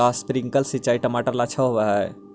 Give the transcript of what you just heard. का स्प्रिंकलर सिंचाई टमाटर ला अच्छा होव हई?